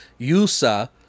Yusa